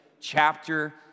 chapter